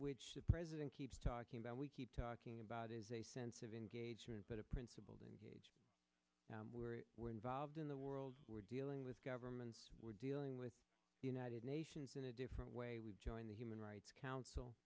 the president keeps talking about we keep talking about is a sense of engagement but a principled engage where we're involved in the world we're dealing with governments we're dealing with the united nations in a different way we joined the human rights council